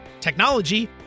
technology